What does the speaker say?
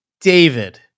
David